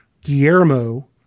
Guillermo